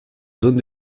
zone